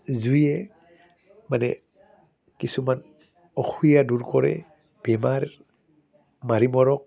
জুয়ে মানে কিছুমান অসূয়া দূৰ কৰে বেমাৰ মাৰি মৰক